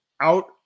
out